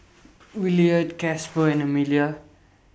Williard Casper and Emilia